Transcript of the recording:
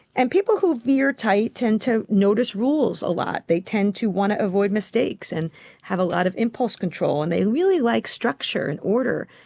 and people who veer tight tend to notice rules a lot, they tend to want to avoid mistakes and have a lot of impulse control, and they really like structure and order.